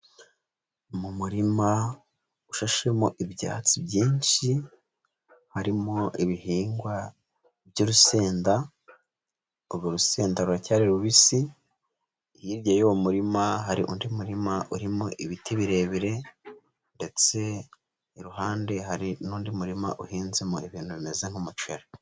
Mu murima ushashemo ibyatsi byinshi, harimo ibihingwa by'urusenda, urwo rusennda ruracyari rubisi, hirya y'uwo murima hari undi murima urimo ibiti birebire ndetse iruhande hari n'undi murima uhinzemo ibintu bimeze nk'umuceri.